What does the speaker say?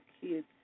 kids